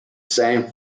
same